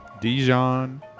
Dijon